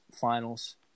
finals